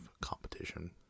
competition